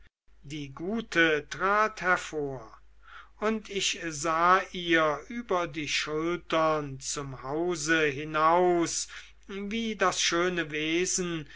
die gute trat hervor und ich sah ihr über die schultern zum hause hinaus wie das schöne wesen